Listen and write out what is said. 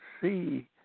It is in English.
see